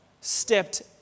stepped